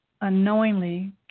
unknowingly